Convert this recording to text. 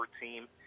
team